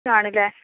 ആണല്ലെ